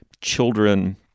children